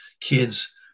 kids